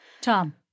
Tom